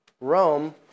Rome